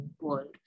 world